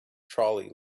trolley